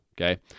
okay